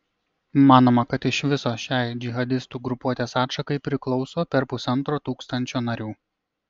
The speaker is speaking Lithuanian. manoma kad iš viso šiai džihadistų grupuotės atšakai priklauso per pusantro tūkstančio narių